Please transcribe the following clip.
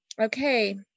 okay